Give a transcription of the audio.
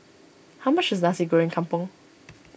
how much is Nasi Goreng Kampung